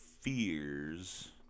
fears